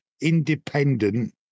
independent